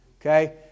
Okay